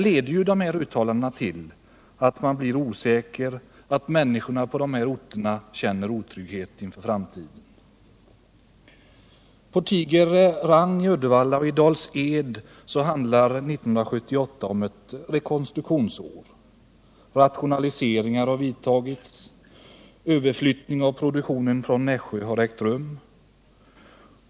Sådana uttalanden leder till att människorna på dessa orter känner otrygghet inför framtiden. För Tiger-Rang är 1978 ett rekonstruktionsår. Man har gjort rationaliseringar och flyttat över produktionen från Nässjö.